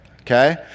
Okay